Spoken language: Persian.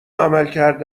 عملکرد